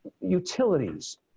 utilities